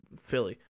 Philly